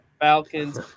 Falcons